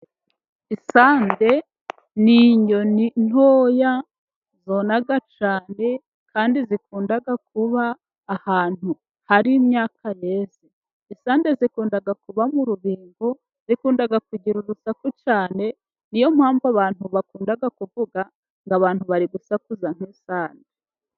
Isande ni inyoni nto zona cyane, kandi zikunda kuba ahantu hari imyaka yeze, isande zikunda kuba m'urubingo, zikunda kugira urusaku cyane, niyo mpamvu abantu bakunda kuvuga ngo abantu bari gusakuza nk'isande.